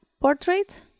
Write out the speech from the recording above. Portrait